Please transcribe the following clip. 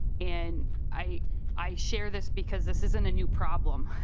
and i i share this because this is in a new problem.